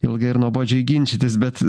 ilgai ir nuobodžiai ginčytis bet